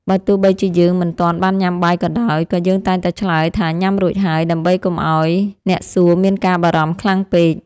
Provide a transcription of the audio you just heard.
បើទោះបីជាយើងមិនទាន់បានញ៉ាំបាយក៏ដោយក៏យើងតែងតែឆ្លើយថាញ៉ាំរួចហើយដើម្បីកុំឱ្យអ្នកសួរមានការបារម្ភខ្លាំងពេក។